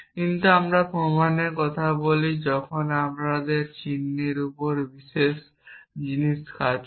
কিন্তু যখন আমরা প্রমাণের কথা বলি তখন আমাদের এই চিহ্নের উপর বিভিন্ন জিনিস কাজ করে